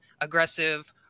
aggressive